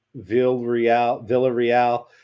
Villarreal